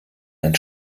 ein